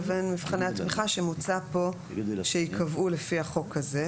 לבין מבחני התמיכה שמוצע פה שייקבעו לפי החוק הזה,